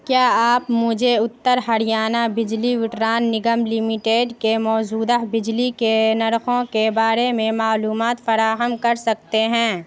کیا آپ مجھے اتر ہریانہ بجلی وٹران نگم لمیٹڈ کے موجودہ بجلی کے نرخوں کے بارے میں معلومات فراہم کر سکتے ہیں